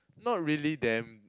not really them